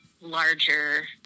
larger